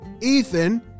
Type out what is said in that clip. Ethan